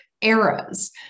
eras